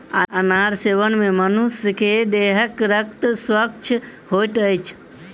अनार सेवन मे मनुख के देहक रक्त स्वच्छ होइत अछि